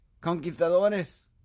conquistadores